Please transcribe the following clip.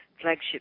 flagship